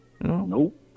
nope